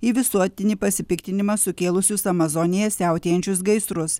į visuotinį pasipiktinimą sukėlusius amazonėje siautėjančius gaisrus